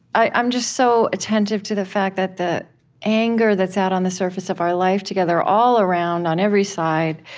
i'm just so attentive to the fact that the anger that's out on the surface of our life together, all around, on every side,